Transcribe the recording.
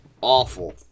awful